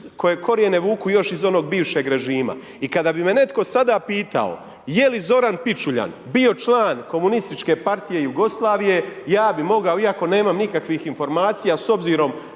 koje krojene vuku još iz onog bivšeg režima. I kada bi me netko sada pitao, je li Zoran Pičuljan, bio član komunističke partije Jugoslavije, aj bi mogao iako nemam nikakvih informacija s obzirom